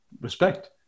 respect